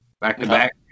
back-to-back